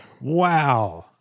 Wow